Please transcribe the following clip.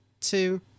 two